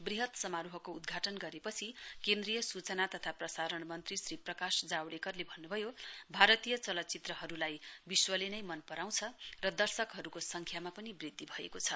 वृहत समारोहको उद्घाटन गरेपछि केन्द्रीय सूचना तथा प्रसारण मन्त्री श्री प्रकाश जावडेकरले भन्नुभयो भारतीय चलचित्रहरूलाई विश्वले नै मन पराउँछ र दर्शकहरूको संख्यामा पनि वृद्धि भएको छ